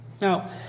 Now